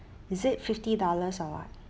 is it fifty dollars or what